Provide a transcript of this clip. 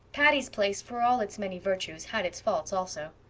patty's place for all its many virtues, had its faults also.